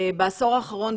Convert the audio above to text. בעשור האחרון,